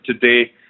today